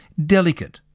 delicate,